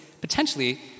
potentially